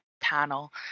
panel